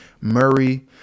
Murray